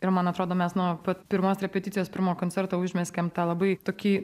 ir man atrodo mes nuo pat pirmos repeticijos pirmo koncerto užmezgėe tą labai tokį